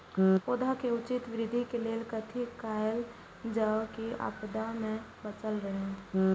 पौधा के उचित वृद्धि के लेल कथि कायल जाओ की आपदा में बचल रहे?